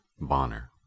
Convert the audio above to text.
Bonner